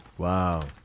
Wow